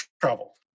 travel